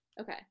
Okay